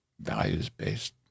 values-based